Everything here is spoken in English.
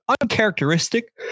uncharacteristic